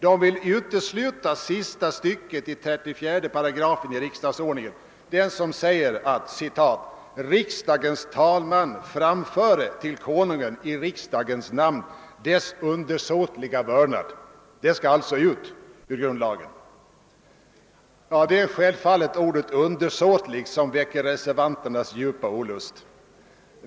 De vill utesluta sista stycket i 34 § i riksdagsordningen, som säger: »Då Konungen, på sätt nu är sagt, riksdag öppnat, framföre, vid samma tillfälle, riksdagens talman till Konungen, i riksdagens namn, dess undersåtliga vördnad.» Det skulle alltså tas bort ur grundlagen. Det är självfallet ordet undersåtlig som väcker reservanternas djupa olust.